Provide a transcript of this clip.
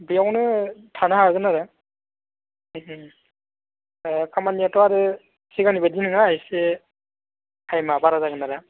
बेयावनो थानो हागोन आरो ओम ओमफ्राय खामानियाथ' आरो सिगांनि बादि नङा एसे टाइमा बारा जागोन आरो